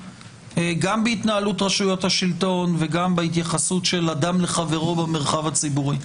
גם בהתנהלות רשויות המשפט וגם בהתייחסות של אדם לחברו במרחב הציבורי.